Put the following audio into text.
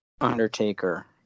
Undertaker